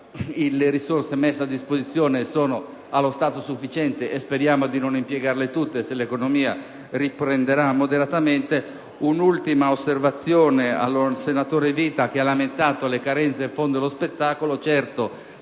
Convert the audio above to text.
le risorse messe a disposizione sono, allo stato, sufficienti; speriamo di non impiegarle tutte se l'economia riprenderà moderatamente. Un'ultima osservazione al senatore Vita, che ha lamentato le carenze del Fondo per lo spettacolo.